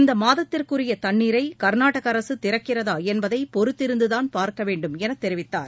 இந்த மாதத்திற்கு உரிய தண்ணீரை கர்நாடக அரசு திறக்கிறதா என்பதை பொருத்திருந்துதான் பார்க்க வேண்டும் என தெரிவித்தார்